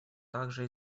также